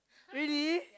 really